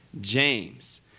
James